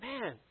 Man